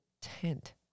tent